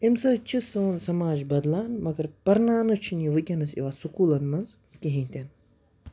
اَمہِ سۭتۍ چھِ سون سَماج بَدلان مَگر پَرناونہٕ چھِنہٕ یہِ وٕنۍکٮ۪نَس یِوان سُکوٗلَن منٛز کِہیٖنۍ تہِ نہٕ